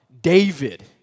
David